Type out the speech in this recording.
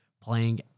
playing